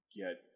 get